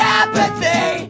apathy